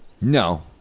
No